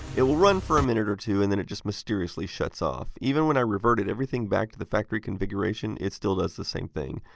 it will run for a minute or two, and then it just mysteriously shuts off. even when i reverted everything back to factory configuration, it still does the same thing.